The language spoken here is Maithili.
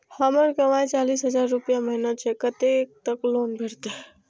हमर कमाय चालीस हजार रूपया महिना छै कतैक तक लोन भेटते?